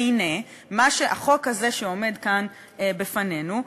והנה החוק שעומד כאן בפנינו,